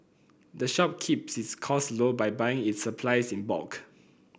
the shop keeps its cost low by buying its supplies in bulk